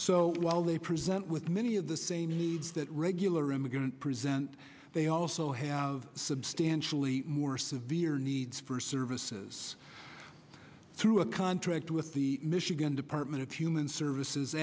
so while they present with many of the same needs that regular immigrant present they also have substantially more severe needs for services through a contract with the michigan department of human services